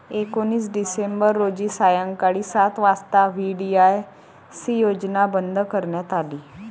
एकोणीस डिसेंबर रोजी सायंकाळी सात वाजता व्ही.डी.आय.सी योजना बंद करण्यात आली